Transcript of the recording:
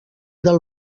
del